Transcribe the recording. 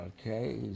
Okay